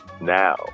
now